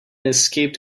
escaped